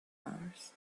mars